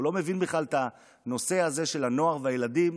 הוא בכלל לא מבין את הנושא הזה של הנוער והילדים,